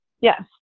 Yes